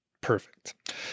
Perfect